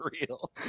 real